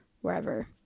wherever